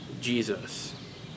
Jesus